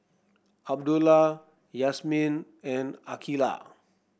Abdullah Yasmin and Aqilah